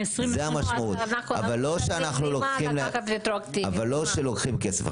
אבל לא שלוקחים כסף.